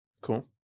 Cool